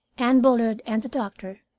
anne bullard and the doctor,